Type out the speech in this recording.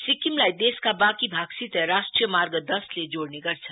सिक्किमलाई देशका बाँकी भागसित राष्ट्रिय मार्ग दशले जोड़ने गर्छ